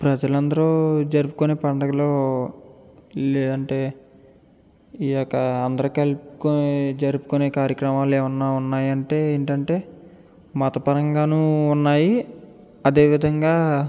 ప్రజలు అందరూ జరుపుకునే పండగలు లేదంటే ఈయొక్క అందరూ కలుపుకొ జరుపుకునే కార్యక్రమాలు ఏమైనా ఉన్నాయా అంటే ఏంటంటే మతపరంగానూ ఉన్నాయి అదే విధంగా